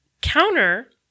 Counter